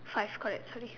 five correct